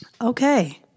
Okay